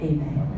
Amen